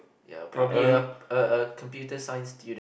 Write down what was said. ya probably a a a computer science student